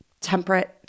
temperate